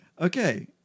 Okay